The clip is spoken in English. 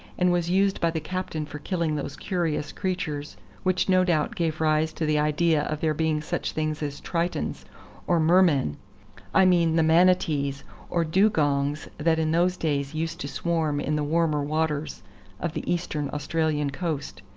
and was used by the captain for killing those curious creatures which no doubt gave rise to the idea of there being such things as tritons or mermen i mean the manatees or dugongs that in those days used to swarm in the warmer waters of the eastern australian coast.